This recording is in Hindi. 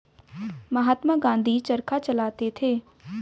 महात्मा गांधी चरखा चलाते थे